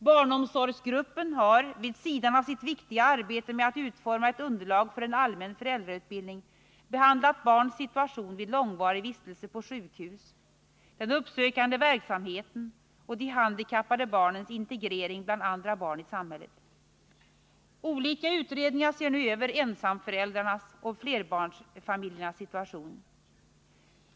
Barnomsorgsgruppen har, vid sidan av sitt viktiga arbete med att utforma ett underlag för en allmän föräldrautbildning, behandlat barns situation vid långvarig vistelse på sjukhus, den uppsökande verksamheten och de handikappade barnens integrering bland andra barn i samhället. Olika utredningar ser nu över ensamföräldrarnas och flerbarnsfamiljernas situation.